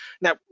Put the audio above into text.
Now